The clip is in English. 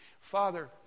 Father